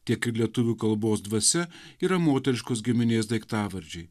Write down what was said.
tiek ir lietuvių kalbos dvasia yra moteriškos giminės daiktavardžiai